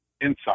inside